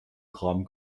kram